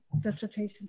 dissertation